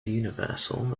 universal